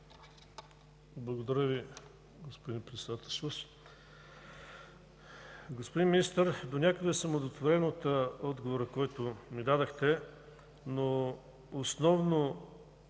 Благодаря Ви, господин Председателстващ. Господин Министър, донякъде съм удовлетворен от отговора, който ми дадохте, но основно